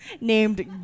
named